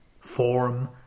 Form